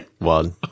One